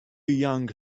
young